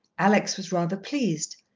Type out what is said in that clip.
alex was rather pleased.